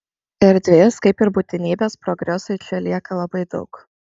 erdvės kaip ir būtinybės progresui čia lieka labai daug